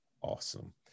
awesome